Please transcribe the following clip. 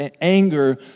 anger